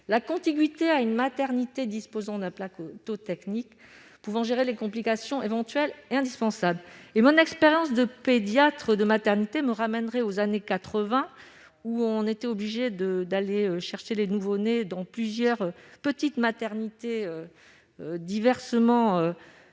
La contiguïté à une maternité disposant d'un plateau technique pouvant gérer les complications éventuelles est indispensable. Mon expérience de pédiatre de maternité me ramène aux années quatre-vingt : nous étions alors obligés d'aller chercher les nouveau-nés dans plusieurs petites maternités à proximité des